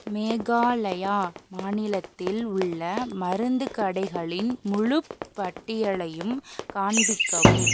மேகாலயா மாநிலத்தில் உள்ள மருந்து கடைகளின் முழுப்பட்டியலையும் காண்பிக்கவும்